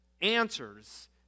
answers